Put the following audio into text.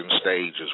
stages